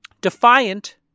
defiant